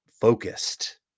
focused